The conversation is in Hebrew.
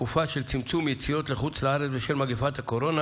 בתקופה של צמצום יציאות לחוץ לארץ בשל מגפת הקורונה